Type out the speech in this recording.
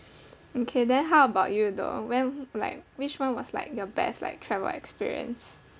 okay then how about you though when like which one was like your best like travel experience